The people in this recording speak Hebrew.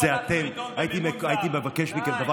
לא פתחנו ערוץ טלוויזיה ולא פתחנו עיתון במימון זר.